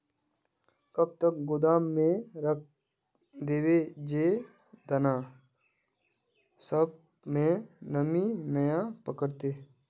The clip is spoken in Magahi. कब तक गोदाम में रख देबे जे दाना सब में नमी नय पकड़ते?